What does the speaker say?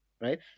right